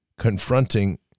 confronting